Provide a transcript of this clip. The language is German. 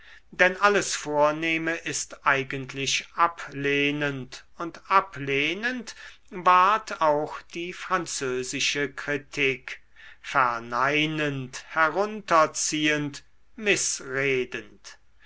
denn alles vornehme ist eigentlich ablehnend und ablehnend ward auch die französische kritik verneinend herunterziehend mißredend